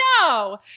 No